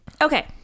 Okay